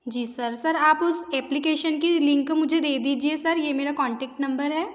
जी sir sir आप उस application का लिंक मुझे दे दीजिए सर ये मेरा कांटेक्ट नंबर है